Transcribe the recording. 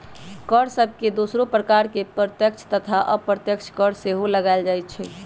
कर सभके दोसरो प्रकार में प्रत्यक्ष तथा अप्रत्यक्ष कर सेहो लगाएल जाइ छइ